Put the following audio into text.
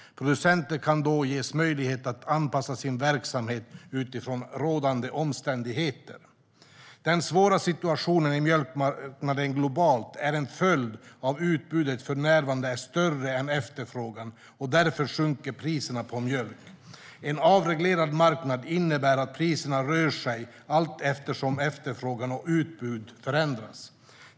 Producenter kan då ges möjlighet att anpassa sin verksamhet utifrån rådande omständigheter. Den svåra situationen på mjölkmarknaden globalt är en följd av att utbudet för närvarande är större än efterfrågan. Därför sjunker priserna på mjölk. En avreglerad marknad innebär att priserna rör sig allteftersom efterfrågan och utbud förändras.